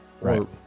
Right